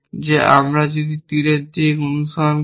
যে আমরা যদি তীরের দিক অনুসরণ করি